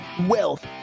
wealth